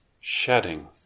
Shedding